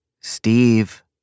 Steve